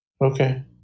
okay